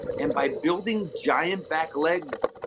and by building giant back legs,